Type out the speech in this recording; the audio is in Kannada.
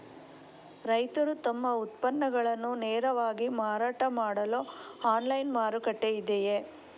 ರೈತರು ತಮ್ಮ ಉತ್ಪನ್ನಗಳನ್ನು ನೇರವಾಗಿ ಮಾರಾಟ ಮಾಡಲು ಆನ್ಲೈನ್ ಮಾರುಕಟ್ಟೆ ಇದೆಯೇ?